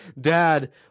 dad